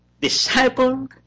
disciple